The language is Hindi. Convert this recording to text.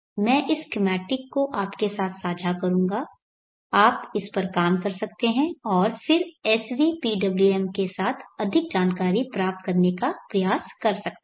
मैं इस स्कीमैटिक को आपके साथ साझा करूंगा आप इस पर काम कर सकते हैं और फिर svpwm के साथ अधिक जानकारी प्राप्त करने का प्रयास कर सकते हैं